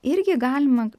irgi galima